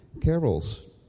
carols